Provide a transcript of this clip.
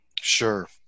Sure